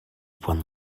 puan